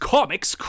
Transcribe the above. Comics